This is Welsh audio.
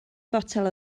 fotel